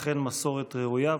אכן מסורת ראויה.